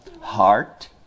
Heart